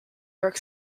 york